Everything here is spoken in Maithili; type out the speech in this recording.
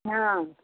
हँ